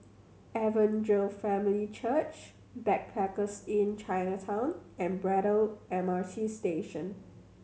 Evangel Family Church Backpackers Inn Chinatown and Braddell M R T Station